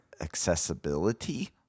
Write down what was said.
Accessibility